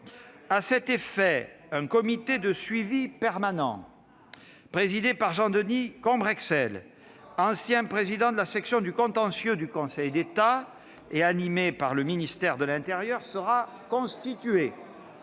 À cet effet, un comité de suivi permanent, présidé par Jean-Denis Combrexelle, ancien président de la section du contentieux du Conseil d'État, et animé par le ministère de l'intérieur, sera constitué.